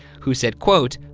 who said quote,